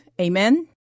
Amen